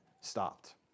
stopped